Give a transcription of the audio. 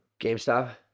GameStop